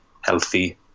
healthy